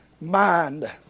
mind